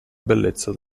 bellezza